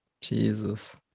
Jesus